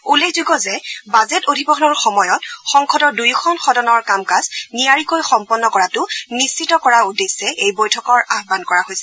উল্লেখযোগ্য যে বাজেট অধিৱেশনৰ সময়ত সংসদৰ দুয়োখন সদনৰ কাম কাজ নিয়াৰিকৈ সম্পন্ন কৰাটো নিশ্চিত কৰাৰ উদ্দেশ্যে এই বৈঠকৰ আহ্মন কৰা হৈছে